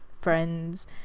friends